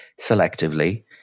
selectively